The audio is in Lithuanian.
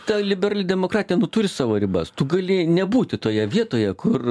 ta liberali demokratija nu turi savo ribas tu gali nebūti toje vietoje kur